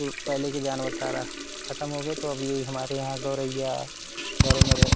तो पहले के जानवर तारा खत्म हो गए तो अब ये हमारे यहाँ गौरैया घरों में रे